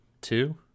Two